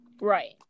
Right